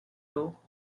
low